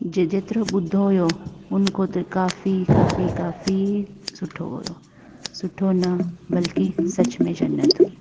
जे जेतिरो ॿुधो हुओ उन खां त काफ़ी काफ़ी काफ़ी सुठो हुओ सुठो न बल्कि सच में जन्नत हुई